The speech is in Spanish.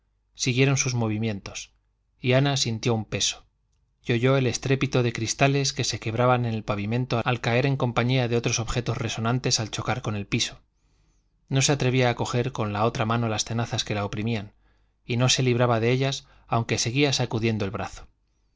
siguieron su movimiento y ana sintió un peso y oyó el estrépito de cristales que se quebraban en el pavimento al caer en compañía de otros objetos resonantes al chocar con el piso no se atrevía a coger con la otra mano las tenazas que la oprimían y no se libraba de ellas aunque seguía sacudiendo el brazo